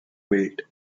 built